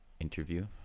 interview